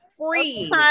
Free